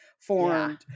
formed